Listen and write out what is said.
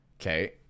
Okay